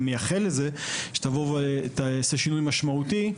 אני מייחל לזה שתעשה שינוי משמעותי,